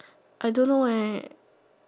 I don't know eh